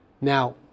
Now